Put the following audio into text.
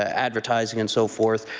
advertising and so forth.